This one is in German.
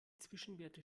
zwischenwerte